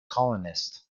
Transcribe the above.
colonists